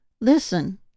listen